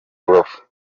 rubavu